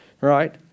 right